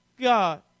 God